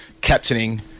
captaining